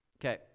okay